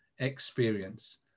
experience